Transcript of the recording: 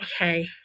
Okay